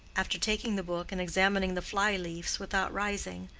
after taking the book and examining the fly-leaves without rising,